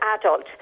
adult